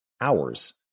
hours